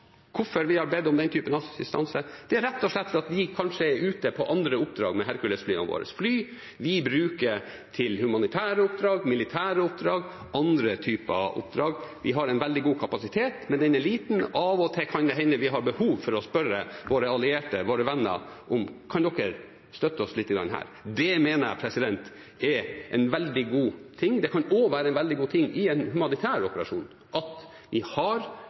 hvorfor vi har bedt om denne typen assistanse. Det er rett og slett fordi vi kanskje er ute på andre oppdrag med Hercules-flyene våre, fly vi bruker til humanitære oppdrag, militære oppdrag og andre typer oppdrag. Vi har en veldig god kapasitet, men den er liten, og av og til kan det hende vi har behov for å spørre våre allierte, våre venner, om de kan støtte oss lite grann her. Det mener jeg er en veldig god ting. Det kan også være en veldig god ting i en humanitær operasjon at flere av de allierte har